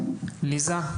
לואיזה,